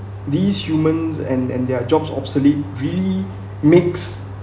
these humans and and their jobs obsolete really mix